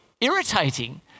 irritating